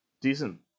decent